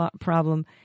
problem